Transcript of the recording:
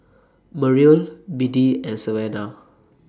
Merrill Biddie and Savanna